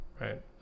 right